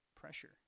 pressure